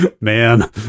Man